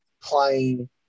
playing